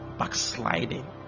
backsliding